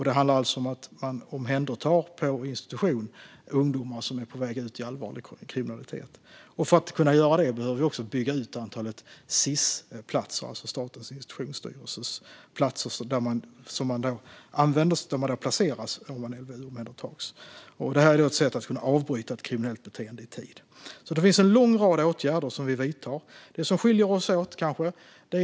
Det handlar alltså om att på institution omhänderta ungdomar som är på väg ut i allvarlig kriminalitet. För att kunna göra det behöver vi också bygga ut antalet Sis-platser, alltså Statens institutionsstyrelses platser där man placeras om man LVU-omhändertas. Detta är ett sätt att kunna avbryta ett kriminellt beteende i tid. Det finns alltså en lång rad åtgärder som vi vidtar. Dock finns det en skillnad mellan oss.